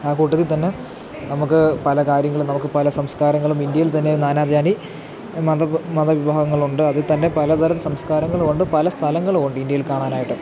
ആ കൂട്ടത്തിൽ തന്നെ നമുക്ക് പല കാര്യങ്ങൾ നമുക്ക് പല സംസ്കാരങ്ങലും ഇന്ത്യയിൽ തന്നെ നാനാ ജാതി മത മത വിഭാഗങ്ങളുണ്ട് അതിൽ തന്നെ പലതരം സംസ്കാരങ്ങളുമുണ്ട് പല സ്ഥലങ്ങളുമുണ്ട് ഇന്ത്യയിൽ കാണാനായിട്ട്